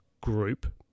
group